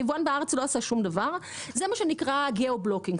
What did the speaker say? זה מה שנקרא גיאו-בלוקינג.